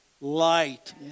light